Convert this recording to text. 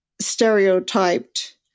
stereotyped